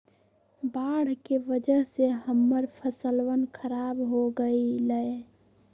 बाढ़ के वजह से हम्मर फसलवन खराब हो गई लय